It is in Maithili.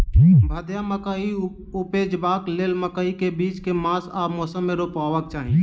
भदैया मकई उपजेबाक लेल मकई केँ बीज केँ मास आ मौसम मे रोपबाक चाहि?